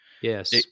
Yes